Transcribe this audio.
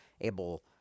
able